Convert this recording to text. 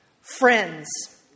friends